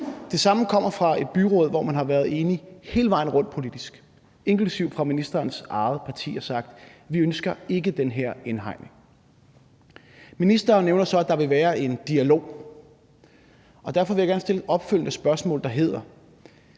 Det samme kommer fra et byråd, som har været politisk enige hele vejen rundt, inklusive ministerens eget parti. De har sagt: Vi ønsker ikke den her indhegning. Ministeren nævner så, at der vil være en dialog. Derfor vil jeg gerne stille et opfølgende spørgsmål: Hvis det